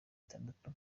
itandatu